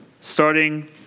starting